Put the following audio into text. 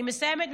אני מסיימת,